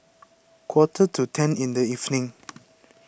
quarter to ten in the evening